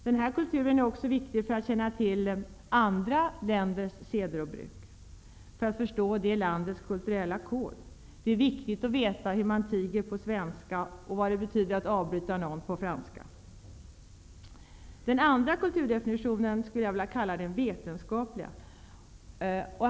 Den här kulturen är också viktig för att känna till andra länders seder och bruk, för att förstå det landets kulturella kod. Det är viktigt att veta hur man tiger på svenska och vad det betyder att avbryta någon på franska. Den andra kulturdefinitionen skulle jag vilja kalla den vetenskapliga.